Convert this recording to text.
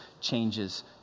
changes